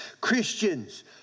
Christians